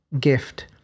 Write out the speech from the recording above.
gift